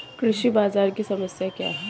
कृषि बाजार की समस्या क्या है?